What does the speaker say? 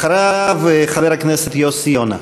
אחריו, חבר הכנסת יוסי יונה.